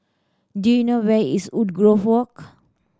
do you know where is Woodgrove Walk